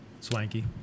swanky